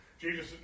Jesus